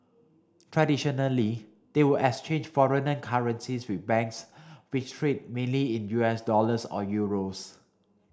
traditionally they would exchange foreign currencies with banks which trade mainly in U S dollars or euros